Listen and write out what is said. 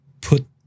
put